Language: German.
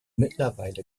mittlerweile